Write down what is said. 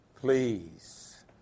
Please